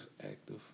active